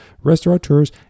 restaurateurs